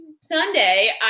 Sunday